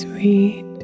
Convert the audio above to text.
Sweet